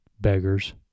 beggars